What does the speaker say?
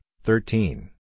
thirteen